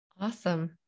Awesome